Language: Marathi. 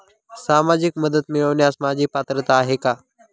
सामाजिक मदत मिळवण्यास माझी पात्रता आहे का?